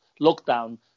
lockdown